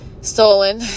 stolen